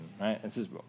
right